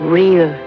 real